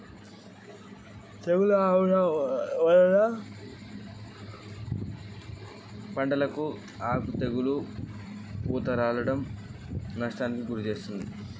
తెగులు ఆమ్ల వరదల వల్ల ఎలాంటి నష్టం కలుగుతది?